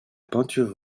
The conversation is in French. peinture